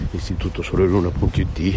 istitutosoleluna.it